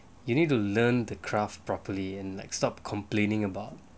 you need to learn the craft properly and like stop complaining about